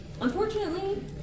Unfortunately